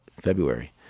February